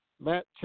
Matt